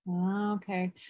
Okay